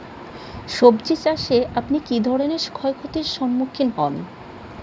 সবজী চাষে আপনি কী ধরনের ক্ষয়ক্ষতির সম্মুক্ষীণ হন?